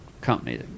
company